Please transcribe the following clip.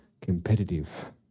competitive